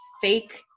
Fake